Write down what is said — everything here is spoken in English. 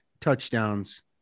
touchdowns